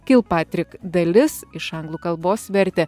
kilpatrik dalis iš anglų kalbos vertė